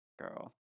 girl